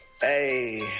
Hey